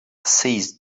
seized